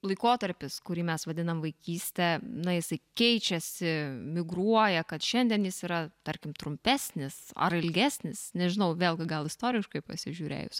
laikotarpis kurį mes vadinam vaikyste na jisai keičiasi migruoja kad šiandien jis yra tarkim trumpesnis ar ilgesnis nežinau vėlgi gal istoriškai pasižiūrėjus